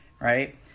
right